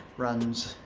runs.